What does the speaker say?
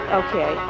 okay